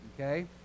okay